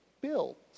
built